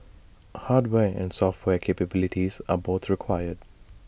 hardware and software capabilities are both required